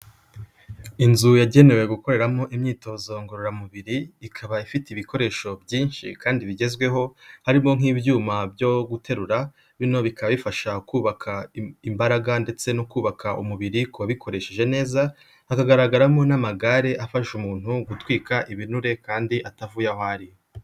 Inzu yagenewe gukoreramo imyitozo ngororamubiri, ikaba ifite ibikoresho byinshi kandi bigezweho harimo nk'ibyuma byo guterura bino bikaba bifasha kubaka imbaraga ndetse no kubaka umubiri kuwabikoresheje neza, hakagaragaramo n'amagare afasha umuntu gutwika ibinure kandi atavuye aho ari.